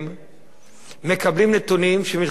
מקבלים נתונים שמתחלפים חדשות לבקרים.